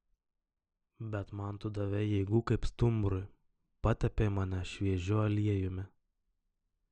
bet man tu davei jėgų kaip stumbrui patepei mane šviežiu aliejumi